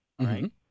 Right